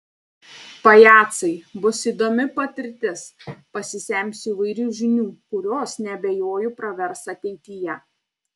pajacai bus įdomi patirtis pasisemsiu įvairių žinių kurios neabejoju pravers ateityje